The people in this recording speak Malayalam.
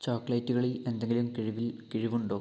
ചോക്ലേറ്റുകളിൽ എന്തെങ്കിലും കിഴി വിൽ കിഴിവ് ഉണ്ടോ